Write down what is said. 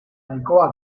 nahikoa